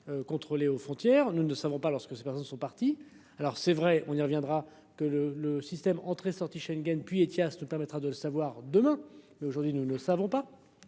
Contrôlée aux frontières. Nous ne savons pas lorsque ces personnes sont partis alors c'est vrai, on y reviendra. Que le, le système entrée sortie Schengen puis Ethias nous permettra de savoir demain, mais aujourd'hui nous ne savons pas.